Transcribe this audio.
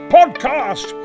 Podcast